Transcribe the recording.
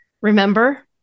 Remember